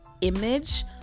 image